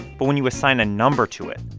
but when you assign a number to it,